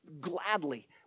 gladly